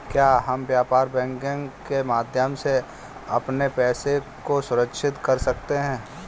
क्या हम व्यापार बैंकिंग के माध्यम से अपने पैसे को सुरक्षित कर सकते हैं?